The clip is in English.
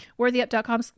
WorthyUp.com